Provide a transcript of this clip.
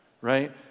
right